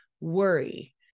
worry